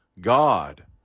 God